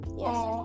yes